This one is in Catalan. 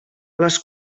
les